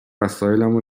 وسایلامو